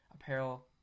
apparel